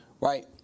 Right